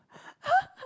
[huh]